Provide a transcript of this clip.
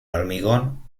hormigón